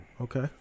Okay